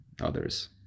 others